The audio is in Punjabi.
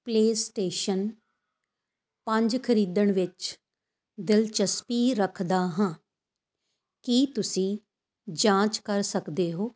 ਪਲੇਅ ਸਟੇਸ਼ਨ ਪੰਜ ਖਰੀਦਣ ਵਿੱਚ ਦਿਲਚਸਪੀ ਰੱਖਦਾ ਹਾਂ ਕੀ ਤੁਸੀਂ ਜਾਂਚ ਕਰ ਸਕਦੇ ਹੋ